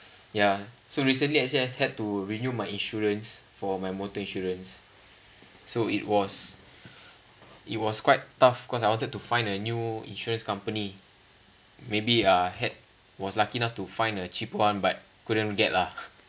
ya so recently I say I had to renew my insurance for my motor insurance so it was it was quite tough cause I wanted to find a new insurance company maybe I had was lucky enough to find a cheaper one but couldn't get lah